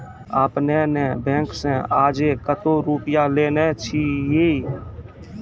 आपने ने बैंक से आजे कतो रुपिया लेने छियि?